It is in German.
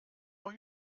noch